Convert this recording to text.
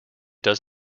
does